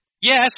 Yes